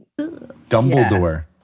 Dumbledore